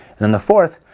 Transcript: and the fourth,